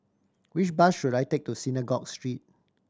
which bus should I take to Synagogue Street